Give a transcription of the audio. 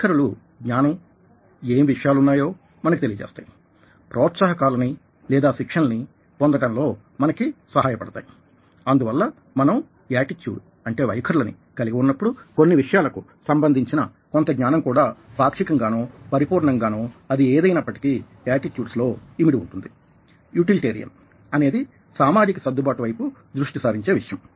వైఖరులు జ్ఞానం ఏం విషయాలు ఉన్నాయో మనకు తెలియ చేస్తాయి ప్రోత్సాహ కాలనీ లేదా శిక్షల్ని పొందటంలో మనకి సహాయపడతాయి అందువల్ల మనం ఏటిట్యూడ్వైఖరులని కలిగి ఉన్నప్పుడు కొన్ని విషయాలకు సంబంధించిన కొంత జ్ఞానం కూడా పాక్షికంగానో పరిపూర్ణంగానో అది ఏదైనప్పటికీ ఏటిట్యూడ్స్లో ఇమిడి ఉంటుంది యుటిలిటేరియన్ అనేది సామాజిక సర్దుబాటు వైపు దృష్టి సారించే విషయం